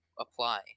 apply